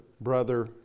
brother